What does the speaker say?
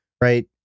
right